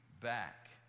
back